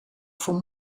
voor